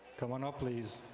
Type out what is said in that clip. come on up please,